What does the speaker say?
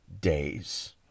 days